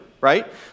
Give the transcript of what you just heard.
right